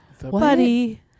Buddy